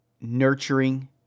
nurturing